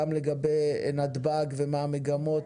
גם לגבי נתב"ג והמגמות,